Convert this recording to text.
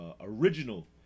original